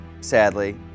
sadly